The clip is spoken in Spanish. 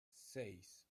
seis